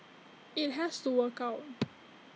IT has to work out